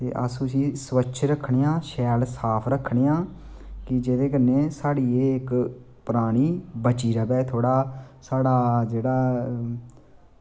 ते अस उसी स्वस्थ रक्खने आं शैल रक्खने आं ते जेह्दे कन्नै साढ़ी एह् इक्क परानी बची र'वै थोह्ड़ा साढ़ा जेह्ड़ा